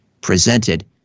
presented